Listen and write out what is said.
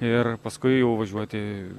ir paskui jau važiuoti